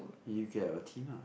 you get your team ah